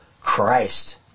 Christ